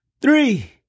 Three